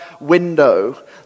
window